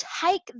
take